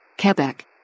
Quebec